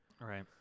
Right